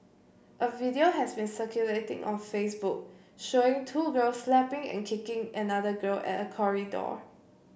a video has been circulating on Facebook showing two girls slapping and kicking another girl at a corridor